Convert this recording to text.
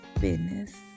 business